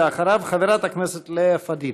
אחריו, חברת הכנסת לאה פדידה.